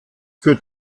für